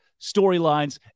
storylines